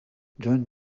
john